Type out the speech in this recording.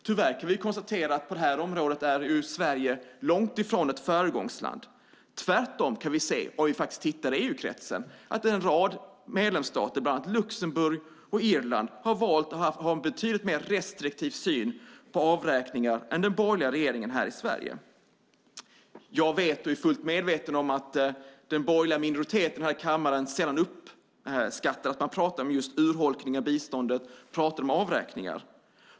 Tyvärr kan vi konstatera att på det här området är Sverige långt ifrån ett föregångsland. Tvärtom kan vi faktiskt se, om vi tittar i EU-kretsen, att en rad medlemsstater, bland annat Luxemburg och Irland, har valt att ha en betydligt mer restriktiv syn på avräkningar än den borgerliga regeringen här i Sverige. Jag är fullt medveten om att den borgerliga minoriteten här i kammaren sällan uppskattar att man pratar om just urholkning av biståndet och om avräkningar.